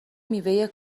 میوه